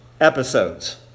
episodes